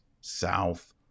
south